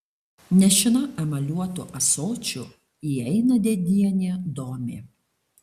nešina emaliuotu ąsočiu įeina dėdienė domė